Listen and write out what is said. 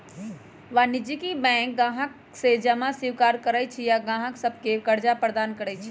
वाणिज्यिक बैंक गाहक से जमा स्वीकार करइ छइ आऽ गाहक सभके करजा प्रदान करइ छै